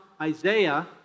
Isaiah